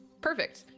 perfect